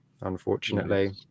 unfortunately